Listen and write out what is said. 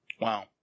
Wow